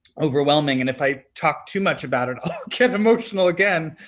overwhelming, and if i talk too much about it, i'll get emotional again.